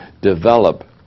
develop